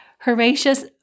Horatius